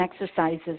exercises